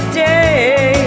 day